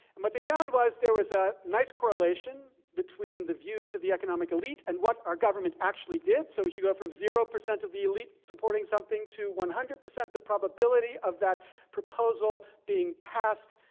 and what they found was there was a nice correlation between the views of the economic elite and what our government actually did. so, as you go from zero percent of the elite supporting something to one hundred, the probability of that proposal being passed,